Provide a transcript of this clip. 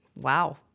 wow